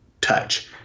touch